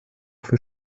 für